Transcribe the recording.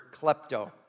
klepto